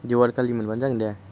दिवाली खालि मोनबानो जागोन दे